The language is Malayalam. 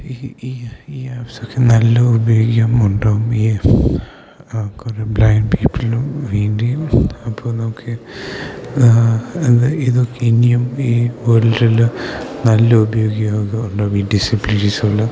ഈ ഈ ഈ ആപ്പ്സ് ഒക്കെ നല്ല ഉപയോഗമുണ്ടാവും ഈ കുറേ ബ്ലൈൻഡ് പീപ്പിളും വേണ്ടിയും അപ്പോൾ നമുക്ക് ഇത് ഇതൊക്കെ ഇനിയും ഈ വേൾഡിൽ നല്ല ഉപയോഗം ഉണ്ടാവും ഈ ഡിസിബിളിറ്റീസ് ഉള്ള